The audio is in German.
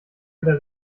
oder